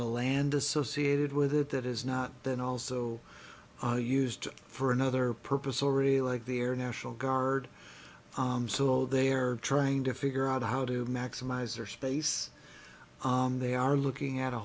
of land associated with it that is not then also used for another purpose already like the air national guard so they're trying to figure out how to maximize their space they are looking at a